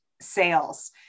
sales